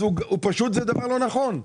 אז זה דבר פשוט לא נכון.